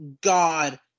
God